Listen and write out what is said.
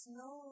no